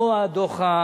או הדוח הסביבתי.